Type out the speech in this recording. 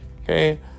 Okay